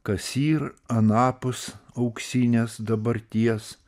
kas yr anapus auksinės dabarties